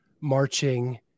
marching